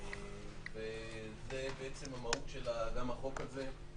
זו המהות של החוק הזה.